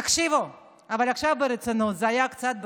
תקשיבו, אבל עכשיו ברצינות, זה היה קצת בצחוק.